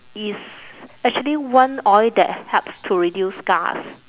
is actually one oil that helps to reduce scars